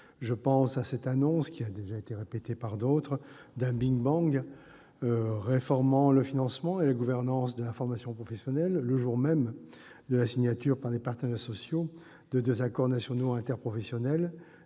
Je pense à cette annonce, déjà évoquée, d'un big-bang réformant le financement et la gouvernance de la formation professionnelle le jour même de la signature par les partenaires sociaux de deux accords nationaux interprofessionnels.